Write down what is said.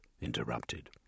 interrupted